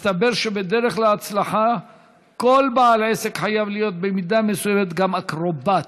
מסתבר שבדרך להצלחה כל בעל עסק חייב להיות במידה מסוימת גם אקרובט,